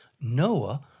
Noah